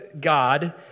God